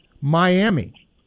Miami